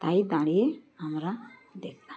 তাই দাঁড়িয়ে আমরা দেখতাম